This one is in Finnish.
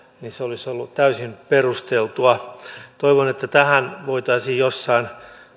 niin se olisi ollut täysin perusteltua toivon että tähän voitaisiin jossain